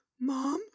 Mom